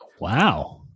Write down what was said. Wow